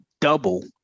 double